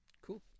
Cool